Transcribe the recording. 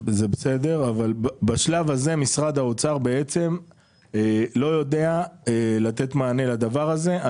בשלב הזה משרד האוצר לא יודע לתת מענה לדבר הזה.